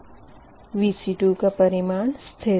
Refer Slide Time 2444 Vc22 का परिमाण स्थिर है